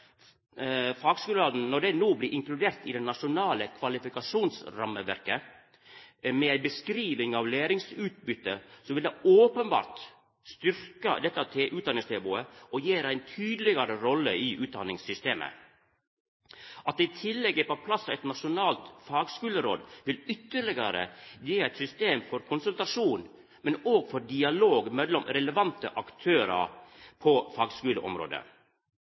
når dei no blir inkluderte i det nasjonale kvalifikasjonsrammeverket, med ei beskriving av læringsutbyttet, openbert vil styrkja dette utdanningstilbodet og gje det ei tydelegare rolle i utdanningssystemet. At det i tillegg er på plass eit nasjonalt fagskuleråd, vil ytterlegare gje eit system for konsultasjon og for dialog mellom relevante aktørar på fagskuleområdet.